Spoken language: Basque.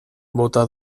bota